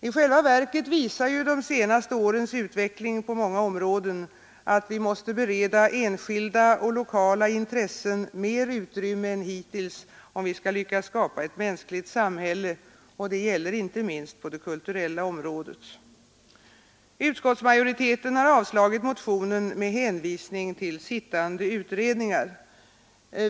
I själva verket visar ju de senaste årens utveckling på många områden att vi måste bereda enskilda och lokala intressen mer utrymme än hittills, om vi skall lyckas skapa ett mänskligt samhälle. Det gäller inte minst på det kulturella området. Utskottsmajoriteten har avstyrkt motionen med hänvisning till sittande utredningar.